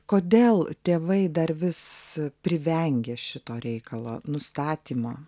kodėl tėvai dar vis privengia šito reikalo nustatymo